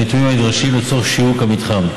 הנתונים הנדרשים לצורך שיווק המתחם.